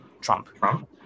Trump